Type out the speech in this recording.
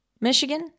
Michigan